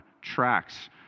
tracks